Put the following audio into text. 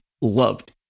loved